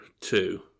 two